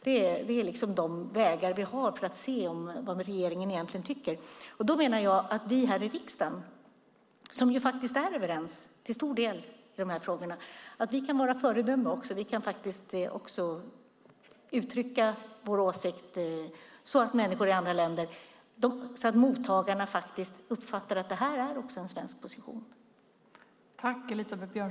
Det är de vägar vi har för att se vad regeringen egentligen tycker. Jag menar att vi här i riksdagen, som ju till stor del är överens i de här frågorna, borde vara ett föredöme också. Vi kan faktiskt också uttrycka vår åsikt så att människor i andra länder - de som är mottagarna - också uppfattar att den är en svensk position.